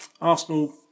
Arsenal